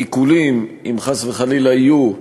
עיקולים, אם חס וחלילה יהיו,